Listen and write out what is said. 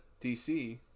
DC